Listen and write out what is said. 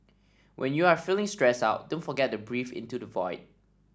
when you are feeling stressed out don't forget to breathe into the void